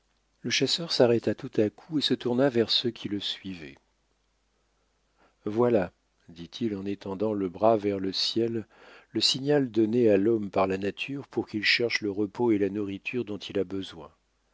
le chasseur s'arrêta tout à coup et se tourna vers ceux qui le suivaient voilà dit-il en étendant le bras vers le ciel le signal donné à l'homme par la nature pour qu'il cherche le repos et la nourriture dont il a besoin